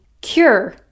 cure